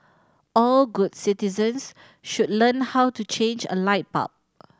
all good citizens should learn how to change a light bulb